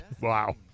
Wow